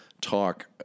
talk